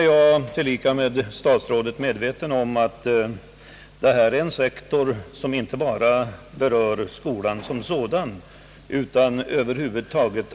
I likhet med statsrådet är jag medveten om att detta är ett problem som inte bara berör skolan som sådan utan statstjänare över huvud taget.